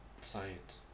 science